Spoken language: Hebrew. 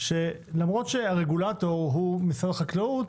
שלמרות שהרגולטור הוא משרד החקלאות,